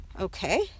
okay